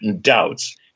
doubts